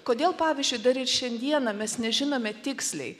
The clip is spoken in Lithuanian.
kodėl pavyzdžiui dar ir šiandieną mes nežinome tiksliai